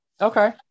okay